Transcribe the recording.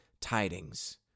tidings